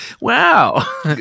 wow